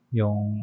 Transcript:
yung